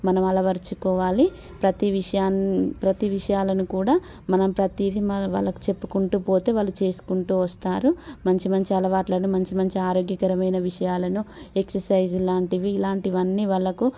మనం అలవర్చుకోవాలి ప్రతీ విషయాని ప్రతీ విషయాలను కూడా మనం ప్రతీది వాళ్ళకు చెప్పుకుంటూ పోతే వాళ్ళు చేసుకుంటూ వస్తారు మంచి మంచి అలవాట్లను మంచి మంచి ఆరోగ్యకరమైన విషయాలను ఎక్ససైజ్ లాంటివి ఇలాంటివి అన్నీ వాళ్ళకు